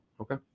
Okay